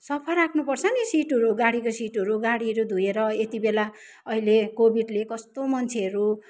सफा राख्नुपर्छ नि सिटहरू गाडीको सिटहरू गाडीहरू धोएर यति बेला अहिले कोभिडले कस्तो मान्छेहरू